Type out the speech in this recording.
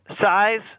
size